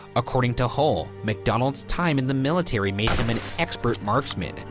according to hull, macdonald's time in the military made him an expert marksman,